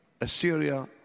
Assyria